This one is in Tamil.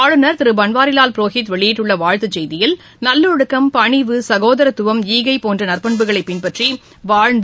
ஆளுநர் திரு பன்வாரிவால் புரோஹித் வெளியிட்டுள்ள வாழ்த்து செய்தியில் நல்லொழுக்கம் பணிவு சகோதரத்துவம் ஈகை போன்ற நற்பண்புகளை பின்பற்றி வாழ்ந்து